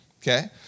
Okay